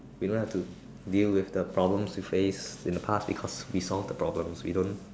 we don't have to deal with the problems they faced in past because we solve the problems we don't